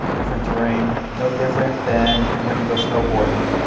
different terrain. no different then, when you go snowboarding,